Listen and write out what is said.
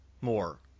more